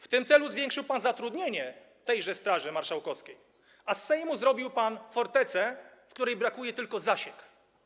W tym celu zwiększył pan zatrudnienie tejże Straży Marszałkowskiej, a z Sejmu zrobił pan fortecę, w której brakuje tylko zasieków.